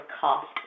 cost